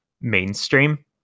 mainstream